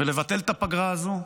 לבטל את הפגרה הזו,